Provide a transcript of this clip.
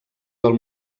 del